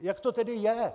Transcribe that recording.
Jak to tedy je?